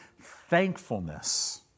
thankfulness